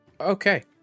Okay